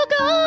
go